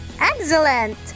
Excellent